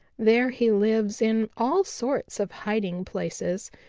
there he lives in all sorts of hiding places,